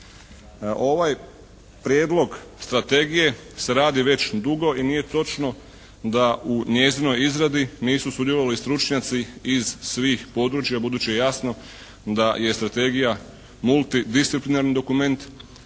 Ovaj prijedlog strategije se radi već dugo i nije točno da u njezinoj izradi nisu sudjelovali stručnjaci iz svih područja budući je jasno da je strategija multidisciplinarni dokument